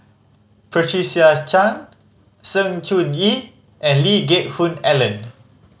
Patricia Chan Sng Choon Yee and Lee Geck Hoon Ellen